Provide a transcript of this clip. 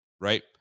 right